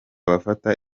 bafata